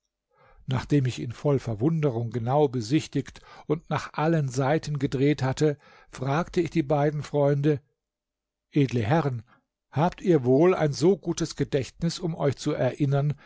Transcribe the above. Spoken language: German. nachdem ich ihn voll verwunderung genau besichtigt und nach allen seiten gedreht hatte fragte ich die beiden freunde edle herren habt ihr wohl ein so gutes gedächtnis um euch zu erinneren